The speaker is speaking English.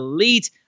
Elite